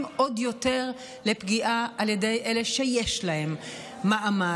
עוד יותר לפגיעה על ידי אלה שיש להם מעמד,